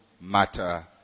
matter